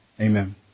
amen